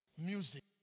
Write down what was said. music